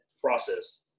process